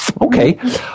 okay